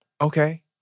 Okay